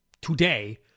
today